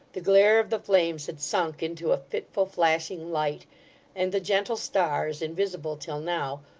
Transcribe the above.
the glare of the flames had sunk into a fitful, flashing light and the gentle stars, invisible till now,